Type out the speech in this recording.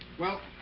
well,